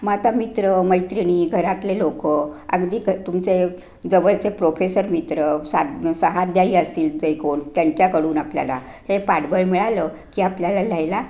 मग आता मित्र मैत्रिणी घरातले लोक अगदी क तुमचे जवळचे प्रोफेसर मित्र साध सहाध्यायी असतील जे कोण त्यांच्याकडून आपल्याला हे पाठबळ मिळालं की आपल्याला लिहायला